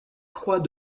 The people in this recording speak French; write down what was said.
croix